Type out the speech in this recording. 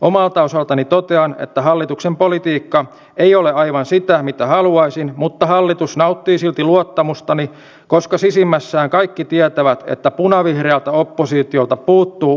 omalta osaltani totean että hallituksen politiikka ei ole aivan sitä mitä haluaisin mutta hallitus nauttii silti luottamustani koska sisimmässään kaikki tietävät että punavihreältä oppositiolta puuttuu uskottava vaihtoehto